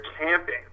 camping